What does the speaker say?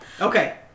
okay